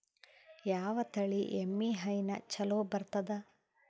ಯಾವ ತಳಿ ಎಮ್ಮಿ ಹೈನ ಚಲೋ ಬರ್ತದ?